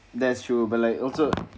that's true but like also